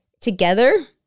together